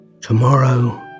Tomorrow